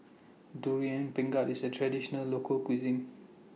Durian Pengat IS A Traditional Local Cuisine